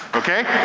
okay?